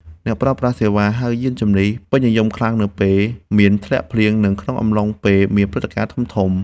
ការប្រើប្រាស់សេវាហៅយានជំនិះ ពេញនិយមខ្លាំងនៅពេលមានធ្លាក់ភ្លៀង និងក្នុងអំឡុងពេលមានព្រឹត្តិការណ៍ធំៗ។